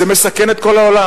זה מסכן את כל העולם.